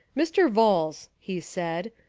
mr. vholes, he said,